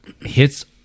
hits